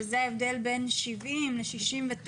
שזה ההבדל בין 70 ל-69,